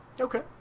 Okay